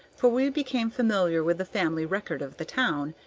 for we became familiar with the family record of the town,